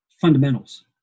fundamentals